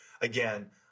again